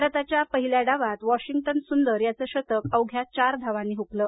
भारताच्या पहिल्या डावात वॉशिंग्टन सुंदर याचं शतक अवघ्या चार धावांनी हुकलं